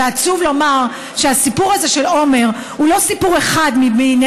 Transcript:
ועצוב לומר שהסיפור הזה של עומר הוא לא סיפור נדיר,